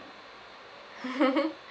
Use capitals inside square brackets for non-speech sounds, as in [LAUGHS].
[LAUGHS]